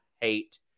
hate